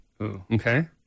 okay